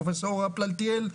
פרופסור פלטיאל,